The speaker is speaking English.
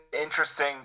interesting